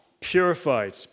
purified